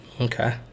okay